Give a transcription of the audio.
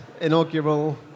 inaugural